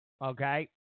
okay